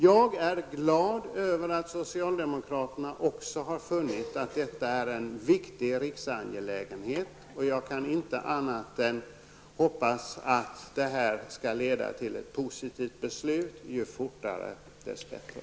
Jag är glad över att socialdemokraterna också har funnit att detta är en viktig riksangelägenhet, och jag kan inte annat än hoppas att det här skall leda till ett positivt beslut, ju fortare desto bättre.